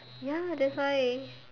ya that's why